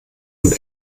und